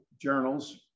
journals